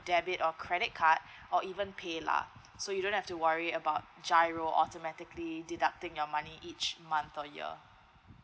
debit or credit card or even paylah so you don't have to worry about G_I_R_O automatically deducting your money each month for your